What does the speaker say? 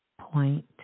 point